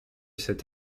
cet